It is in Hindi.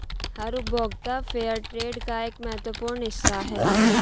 हर उपभोक्ता फेयरट्रेड का एक महत्वपूर्ण हिस्सा हैं